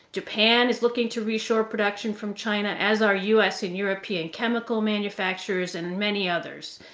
japan is looking to re-shore production from china, as are u. s. and european chemical manufacturers and many others.